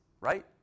right